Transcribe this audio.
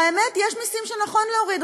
והאמת, יש מסים שנכון להוריד: